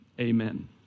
Amen